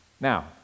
Now